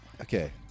Okay